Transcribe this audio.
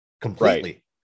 completely